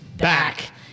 Back